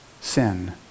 sin